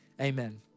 amen